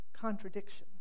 contradictions